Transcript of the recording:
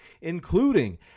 including